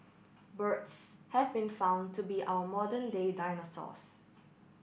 birds have been found to be our modern day dinosaurs